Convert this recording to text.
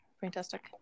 Fantastic